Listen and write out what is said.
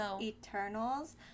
Eternals